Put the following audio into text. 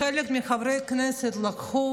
חלק מחברי הכנסת גם לקחו,